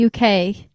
UK